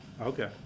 Okay